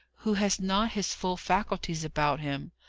who has not his full faculties about him.